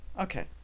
Okay